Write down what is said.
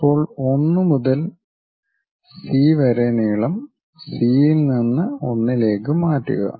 ഇപ്പോൾ 1 മുതൽ സി വരെ നീളം സി യിൽ നിന്ന് 1 ലേക്ക് മാറ്റുക